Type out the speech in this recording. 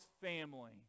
family